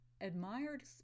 admired